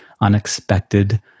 unexpected